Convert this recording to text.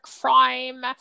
crime